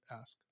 ask